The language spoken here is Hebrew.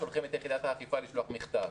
שולחים את יחידת האכיפה לשלוח מכתב.